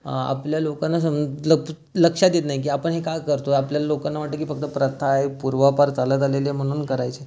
आपल्या लोकांना समज लक्षात येत नाही की आपण हे का करतो आपल्याला लोकांना वाटत की फक्त प्रथा आहे पूर्वापार चालत आलेलं आहे म्हणून करायचं